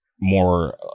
more